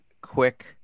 quick